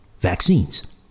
vaccines